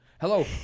hello